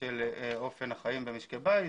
של אופן החיים במשקי בית.